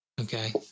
Okay